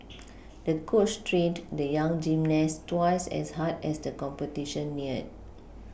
the coach trained the young gymnast twice as hard as the competition neared